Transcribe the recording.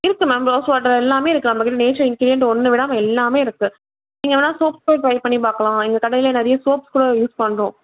இருக்குது ma'am rose water எல்லாமே இருக்குது நம்மகிட்டே நேச்சுரல் இன்க்ரீடியன்ட் ஒன்று விடாமல் எல்லாமே இருக்குது நீங்கள் வேணா சோப்பே ட்ரை பண்ணி பார்க்கலாம் எங்கள் கடையில் நிறைய சோப்ஸ் கூட யூஸ் பண்ணுறோம்